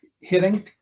hitting